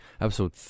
Episode